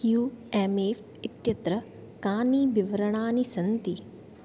you M F इत्यत्र कानि विवरणानि सन्ति